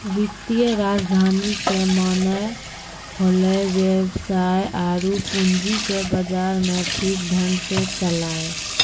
वित्तीय राजधानी के माने होलै वेवसाय आरु पूंजी के बाजार मे ठीक ढंग से चलैय